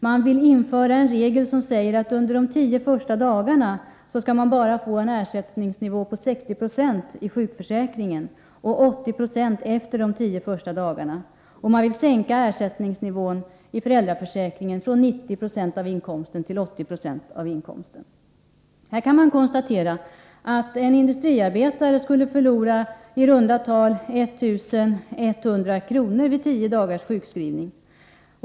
Man vill införa en regel som säger att ersättningsnivån under de tio första dagarna bara skall vara 60 96 i sjukförsäkringen och efter de tio första dagarna 80 2. Man vill sänka ersättningsnivån i föräldraförsäkringen från 90 96 av inkomsten till 80 70 av inkomsten. Här kan man konstatera att en industriarbetare skulle förlora i runt tal 1100 kr. vid tio dagars sjukskrivning.